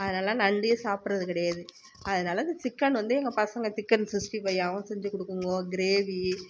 அதனால் நண்டே சாப்பிறது கிடையாது அதனால் இந்த சிக்கன் வந்து எங்கள் பசங்க சிக்கன் சிக்ஸ்ட்டி ஃபைவ்யாவும் செஞ்சு கொடுக்குங்கோ கிரேவி